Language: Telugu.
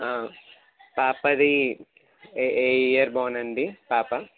పాపది ఏ ఏ ఇయర్ బార్న్ అండి పాప